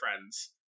friends